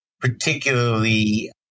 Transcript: particularly